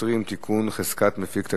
להצבעה על חוק זכות יוצרים (תיקון) (חזקת מפיק תקליט),